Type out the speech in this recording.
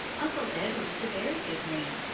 uncle edward is a very good man,